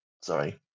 Sorry